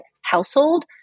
household